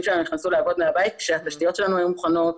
שלנו נכנסו לעבוד מהבית כשהתשתיות שלנו היו כבר מוכנות,